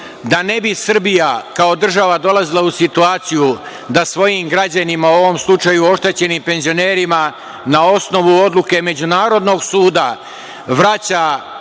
Da ne bi Srbija kao država dolazila u situaciju da svojim građanima, u ovom slučaju oštećenim penzionerima, na osnovu odluke Međunarodnog suda vraća